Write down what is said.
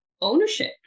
ownership